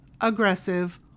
aggressive